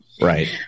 Right